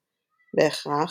בהכרח,